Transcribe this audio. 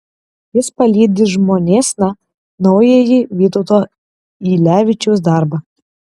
jis palydi žmonėsna naująjį vytauto ylevičiaus darbą